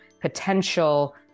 potential